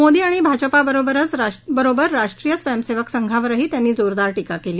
मोदी आणि भाजपाबरोबरच राष्ट्रीय स्वयंसेवक संघावरही त्यांनी जोरदार टीका केली